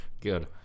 Good